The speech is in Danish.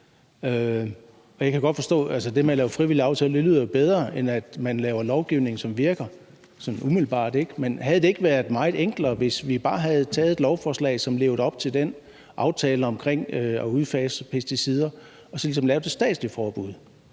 det med at lave frivillige aftaler sådan umiddelbart lyder bedre, end at man laver lovgivning, som virker. Men havde det ikke været meget enklere, hvis vi bare havde taget et lovforslag, som levede op til den aftale om at udfase pesticider, og så ligesom lavede et statsligt forbud?